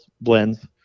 blends